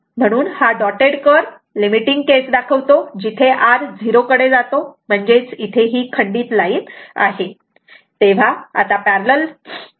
म्हणून हा dotted curve limiting case दाखवतो जिथे R झिरो कडे जातो म्हणजेच ही खंडित लाईन आहे